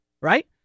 right